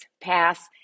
pass